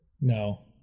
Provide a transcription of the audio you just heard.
No